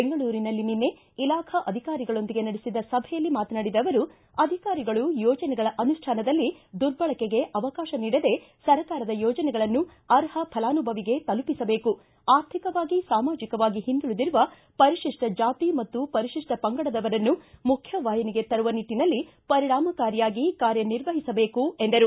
ಬೆಂಗಳೂರಿನಲ್ಲಿ ನಿನ್ನೆ ಇಲಾಖಾ ಅಧಿಕಾರಿಗಳೊಂದಿಗೆ ನಡೆಸಿದ ಸಭೆಯಲ್ಲಿ ಮಾತನಾಡಿದ ಅವರು ಅಧಿಕಾರಿಗಳು ಯೋಜನೆಗಳ ಅನುಷ್ಠಾನದಲ್ಲಿ ದುರ್ಬಳಕೆಗೆ ಅವಕಾಶ ನೀಡದೆ ಸರ್ಕಾರದ ಯೋಜನೆಗಳು ಅರ್ಹ ಫಲಾನುಭವಿಗೆ ತಲುಪಿಸಬೇಕು ಆರ್ಥಿಕವಾಗಿ ಸಾಮಾಜಿಕವಾಗಿ ಹಿಂದುಳಿದಿರುವ ಪರಿಶಿಷ್ಟ ಜಾತಿ ಮತ್ತು ಪರಿಶಿಷ್ಟ ಪಂಗಡದವರನ್ನು ಮುಖ್ಯವಾಹಿನಿಗೆ ತರುವ ನಿಟ್ಟಿನಲ್ಲಿ ಪರಿಣಾಮಕಾರಿಯಾಗಿ ಕಾರ್ಯ ನಿರ್ವಹಿಸಬೇಕು ಎಂದರು